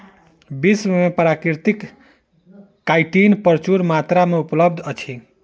विश्व में प्राकृतिक काइटिन प्रचुर मात्रा में उपलब्ध अछि